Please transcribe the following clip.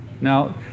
Now